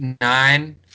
nine –